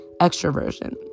Extroversion